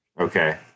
okay